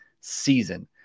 season